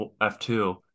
F2